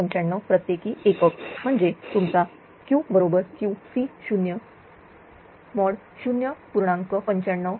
95 प्रत्येकी एकक म्हणजे तुमचा Q बरोबर QC00